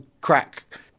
crack